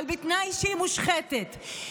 אבל בתנאי שהיא מושחתת.